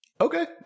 Okay